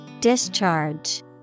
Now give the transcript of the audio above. Discharge